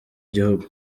gihugu